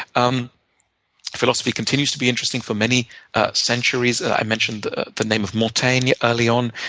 um philosophy continues to be interesting for many centuries. i mentioned the the name of montaigne earlier on.